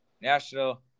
National